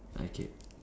okay